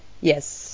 Yes